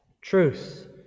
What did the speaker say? Truth